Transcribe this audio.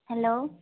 hello